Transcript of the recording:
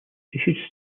issued